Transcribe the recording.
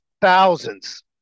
thousands